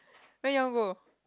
where you want go